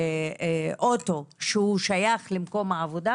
אוטו שהוא שייך למקום העבודה